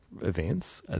events